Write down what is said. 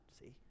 see